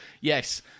Yes